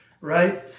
right